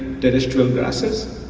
that is true of gases,